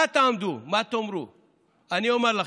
איך תעמדו?